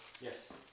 Yes